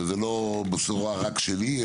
וזו לא בשורה רק שלי,